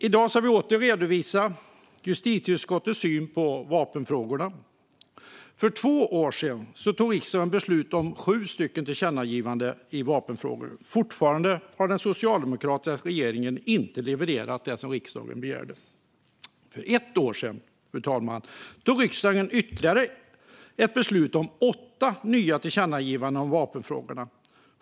I dag ska vi åter redovisa justitieutskottets syn på vapenfrågorna. För två år sedan tog riksdagen beslut om att rikta 7 tillkännagivanden till regeringen i vapenfrågor. Fortfarande har den socialdemokratiska regeringen inte levererat det som riksdagen begärde. För ett år sedan, fru talman, tog riksdagen beslut om ytterligare 8 tillkännagivanden om vapenfrågorna.